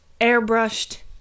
airbrushed